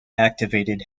activated